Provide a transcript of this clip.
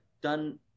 done